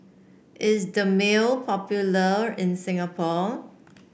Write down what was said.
is Dermale popular in Singapore